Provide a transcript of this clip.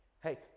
Hey